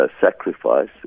sacrifice